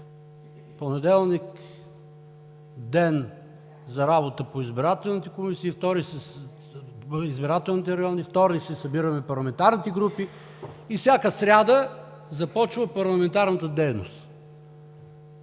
понеделник ден за работа по избирателните райони, вторник се събираме парламентарните групи и всяка сряда започва парламентарната дейност.